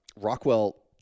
Rockwell